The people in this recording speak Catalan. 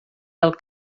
del